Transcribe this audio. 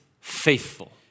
faithful